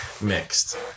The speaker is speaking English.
mixed